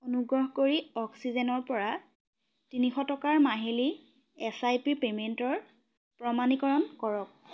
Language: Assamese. অনুগ্ৰহ কৰি অক্সিজেনৰ পৰা তিনিশ টকাৰ মাহিলী এছ আই পি পে'মেণ্টৰ প্ৰমাণীকৰণ কৰক